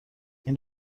این